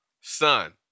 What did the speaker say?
Son